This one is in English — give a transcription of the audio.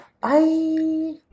Bye